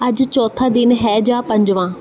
ਅੱਜ ਚੌਥਾ ਦਿਨ ਹੈ ਜਾਂ ਪੰਜਵਾਂ